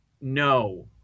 No